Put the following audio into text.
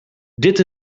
dit